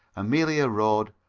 emilia road,